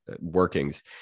workings